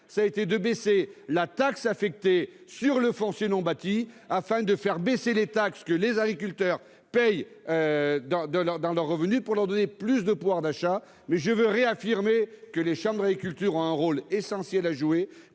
a été de baisser la taxe affectée sur le foncier non bâti, afin de faire baisser les taxes que les agriculteurs paient à partir de leurs revenus et de leur donner ainsi plus de pouvoir d'achat. Je veux en tout cas réaffirmer que les chambres d'agriculture ont un rôle essentiel à jouer.